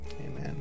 Amen